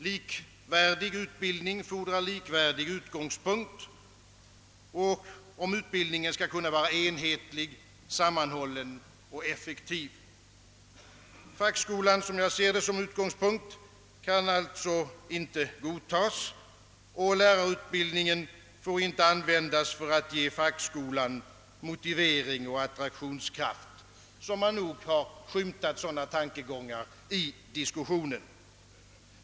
Likvärdig utbildning fordrar likvärdig utgångspunkt, om utbildningen skall kunna vara enhetlig, väl sammanhållen och effektiv. Fackskolan kan, som jag ser det, inte godtas som utgångspunkt, och lärarutbildningen får inte användas för att ge fackskolan motivering och attraktionskraft. Sådana tankegångar har skymtat i diskussionen.